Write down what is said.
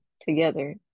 together